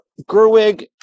Gerwig